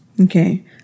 Okay